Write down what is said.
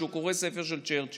שהוא קורא ספר של צ'רצ'יל.